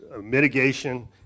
mitigation